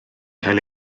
cael